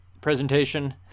presentation